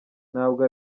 ntabwo